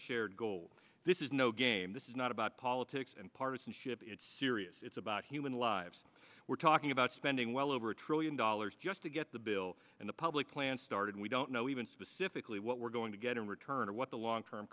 shared goal this is no game this is not about politics and partisanship it's serious it's about human lives we're talking about spending well over a trillion dollars just to get the bill and the public plan started we don't know even specifically what we're going to get in return or what the long term